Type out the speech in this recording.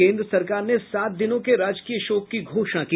केन्द्र सरकार ने सात दिनों के राजकीय शोक की घोषणा की